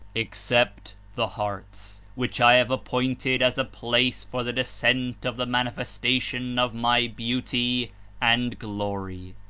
except the hearts, which i have appointed as a place for the descent of the manifestation of my beauty and glory.